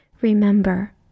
remember